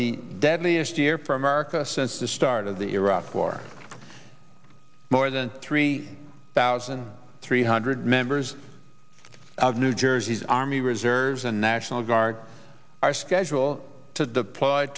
the deadliest year for america since the start of the iraq war more than three thousand three hundred members of new jersey's army reserves and national guard are scheduled to